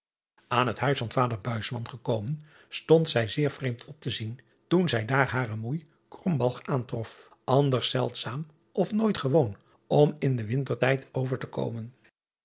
an het huis van vader gekomen stond zij zeer vreemd op te zien toen zij daar hare moei aantrof anders zeldzaam of nooit gewoon om in den wintertijd over te komen